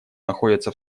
находятся